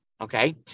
Okay